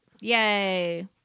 yay